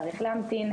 צריך להמתין,